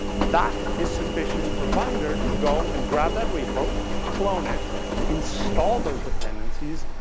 that is sufficient for binder to go and grab that repo, clone it install those dependencies,